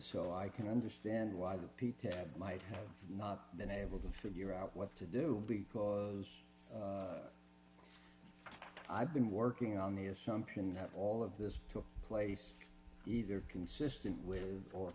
so i can understand why the p t that might have not been able to figure out what to do because i've been working on the assumption that all of this took place either consistent with or